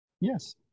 Yes